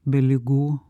be ligų